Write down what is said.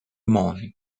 morning